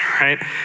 right